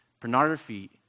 Pornography